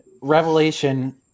revelation